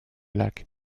lac